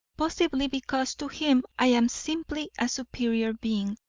possibly because to him i am simply a superior being,